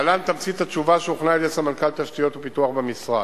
להלן תמצית התשובה שהוכנה על-ידי סמנכ"ל תשתיות ופיתוח במשרד: